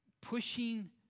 pushing